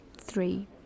Three